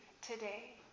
today